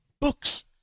books